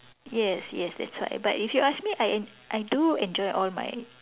yes yes that's why but if you ask me I en~ I do enjoy all my